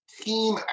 Team